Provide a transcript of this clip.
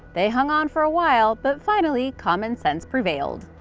they hung on for awhile, but finally common sense prevailed.